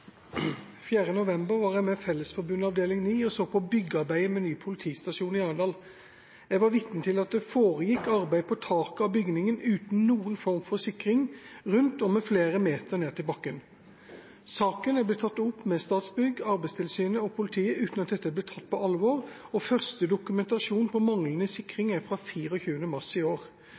at det foregikk arbeid på taket av bygningen uten noen form for sikring rundt og med flere meter ned til bakken. Saken er tatt opp med Statsbygg, Arbeidstilsynet og politiet uten at dette blir tatt på alvor, og første dokumentasjon på manglende sikring er fra 24. mars i år.